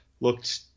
looked